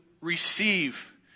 receive